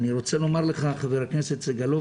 אני רוצה לומר לך ח"כ סגלוביץ,